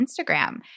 Instagram